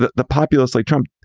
the the populist like trump.